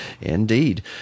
Indeed